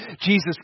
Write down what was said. Jesus